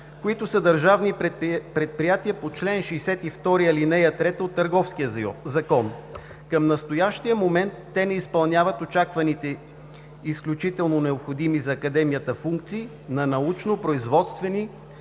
които са държавни предприятия по чл. 62, ал. 3 от Търговския закон. Към настоящия момент те не изпълняват очакваните изключително необходими за Академията функции на научно-производствени